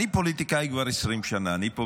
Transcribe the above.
אני פוליטיקאי כבר 20 שנה.